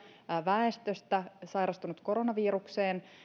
väestöstä on sairastunut koronavirukseen